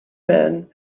men